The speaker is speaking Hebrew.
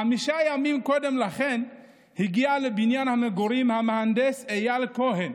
חמישה ימים קודם לכן הגיע לבניין המגורים המהנדס אייל כהן